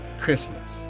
Christmas